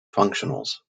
functionals